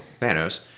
Thanos